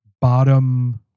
bottom